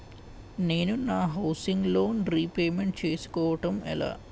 నేను నా housing loan repayment చేసుకోవటం ఎలా?